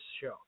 show